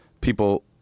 people –